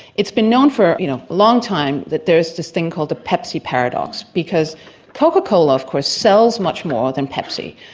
it's been known for a you know long time that there's this thing called the pepsi paradox because coca cola of course sells much more than pepsi.